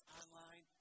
online